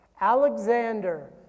Alexander